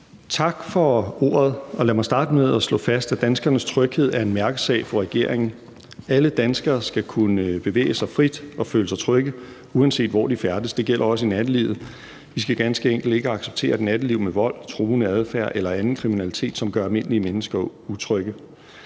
Tak for ordet. Lad mig starte med at slå fast, at danskernes tryghed er en mærkesag for regeringen. Alle danskere skal kunne bevæge sig frit og føle sig trygge, uanset hvor de færdes. Det gælder også i nattelivet. Vi skal ganske enkelt ikke acceptere et natteliv med vold, truende adfærd eller anden kriminalitet, som gør almindelige mennesker utrygge.